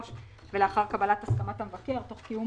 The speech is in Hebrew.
ולאחר קבלת הסכמת המבקר, תוך קיום